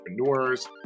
entrepreneurs